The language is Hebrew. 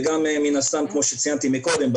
וגם מן הסתם כמו שציינתי מקודם,